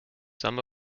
some